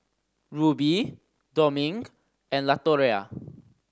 Rubie Dominque and Latoria